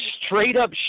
straight-up